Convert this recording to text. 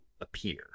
appear